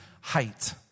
height